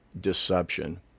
deception